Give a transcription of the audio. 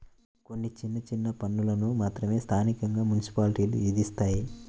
కొన్ని చిన్న చిన్న పన్నులను మాత్రమే స్థానికంగా మున్సిపాలిటీలు విధిస్తాయి